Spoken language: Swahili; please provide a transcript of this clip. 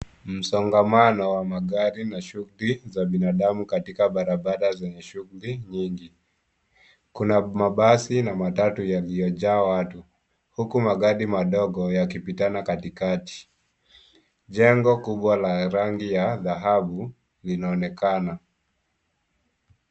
Msongamano wa magari na shughuli za binadamu katika barabara yenye shughuli nyingi. Kuna mabasi na matatu yaliyojaa watu huku magari madogo yakipitana katikati. Jengo kubwa la rangi ya dhahabu linaonekana.